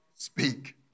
speak